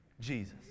Jesus